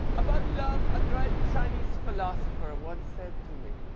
about love, a great chinese philosopher ah once said to me,